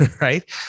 right